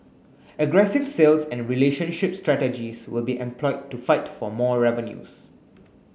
aggressive sales and relationship strategies will be employed to fight for more revenues